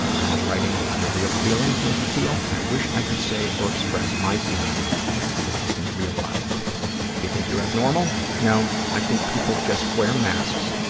how does writing your real feelings make you feel? i wish i could say or express my feelings in real life. do you think you're abnormal? no. i think people just wear masks,